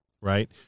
right